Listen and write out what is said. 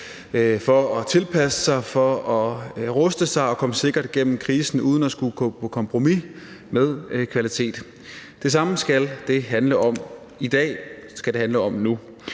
for at tilpasse sig og for at ruste sig og komme sikkert igennem krisen uden at skulle gå på kompromis med kvalitet. Det er det samme, det skal handle om nu.